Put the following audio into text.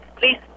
Please